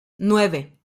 nueve